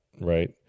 right